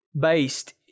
based